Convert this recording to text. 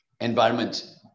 environment